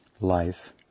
life